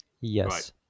Yes